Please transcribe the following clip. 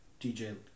DJ